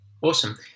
Awesome